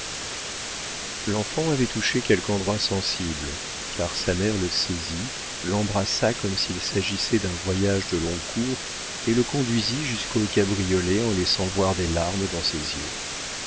l'enfant avait touché quelque endroit sensible car sa mère le saisit l'embrassa comme s'il s'agissait d'un voyage de long cours et le conduisit jusqu'au cabriolet en laissant voir des larmes dans ses yeux